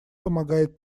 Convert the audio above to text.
помогает